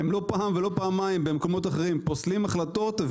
לא פעם ולא פעמיים במקומות אחרים הם פוסלים החלטות,